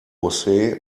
josé